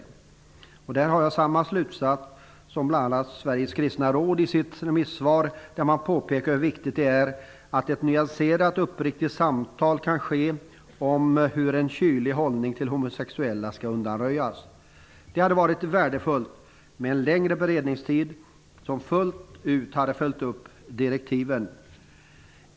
I detta avseende drar jag samma slutsats som Sveriges kristna råd, som i sitt remissvar påpekar hur viktigt det är att ett nyanserat och uppriktigt samtal kan ske om hur en kylig hållning till homosexuella skall undanröjas. Det hade varit värdefullt med en längre beredningstid, som fullt ut hade följt upp direktiven.